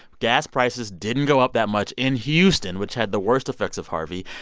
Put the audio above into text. gas prices didn't go up that much in houston, which had the worst effects of harvey.